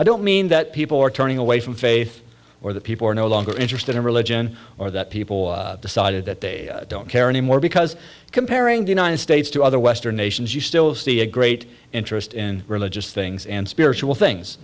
i don't mean that people are turning away from faith or that people are no longer interested in religion or that people decided that they don't care any more because comparing the united states to other western nations you still see a great interest in religious things and spiritual things